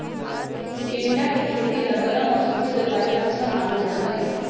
टिंडा के खेती ला गर्म और सूखल जलवायु अच्छा मानल जाहई